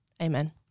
Amen